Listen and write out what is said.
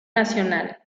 nacional